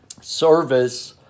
service